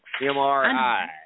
MRI